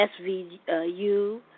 SVU